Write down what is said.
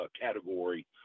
category